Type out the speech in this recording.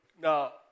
Now